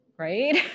right